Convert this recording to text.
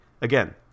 Again